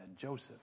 Joseph